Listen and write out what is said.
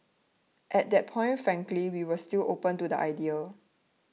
at that point frankly we were still open to the idea